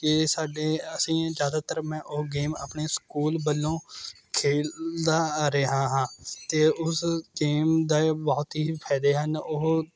ਕਿ ਸਾਡੇ ਅਸੀਂ ਜ਼ਿਆਦਾਤਰ ਮੈਂ ਉਹ ਗੇਮ ਆਪਣੇ ਸਕੂਲ ਵੱਲੋਂ ਖੇਡਦਾ ਰਿਹਾ ਹਾਂ ਅਤੇ ਉਸ ਗੇਮ ਦੇ ਬਹੁਤ ਹੀ ਫਾਇਦੇ ਹਨ ਉਹ